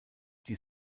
die